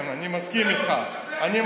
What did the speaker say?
כן, אני מסכים איתך.